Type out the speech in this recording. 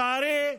ולצערי,